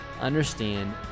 understand